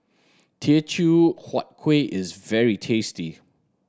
Teochew Huat Kueh is very tasty